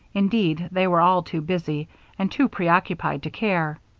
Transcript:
indeed, they were all too busy and too preoccupied to care,